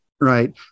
Right